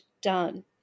done